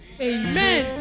Amen